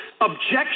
objection